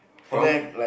from